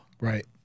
right